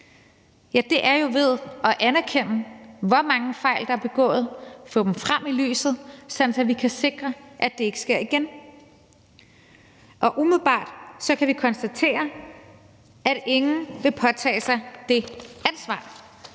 det er jo ved at anerkende, hvor mange fejl der er begået, og få dem frem i lyset, sådan at vi kan sikre, at det ikke sker igen. Og umiddelbart kan vi konstatere, at ingen vil påtage sig det ansvar.